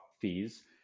fees